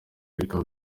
bikaba